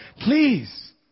please